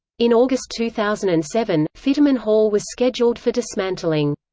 in august two thousand and seven, fiterman hall was scheduled for dismantling.